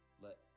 Let